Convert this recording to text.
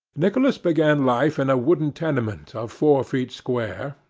nicholas began life in a wooden tenement of four feet square,